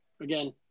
Again